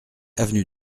avenue